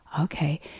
Okay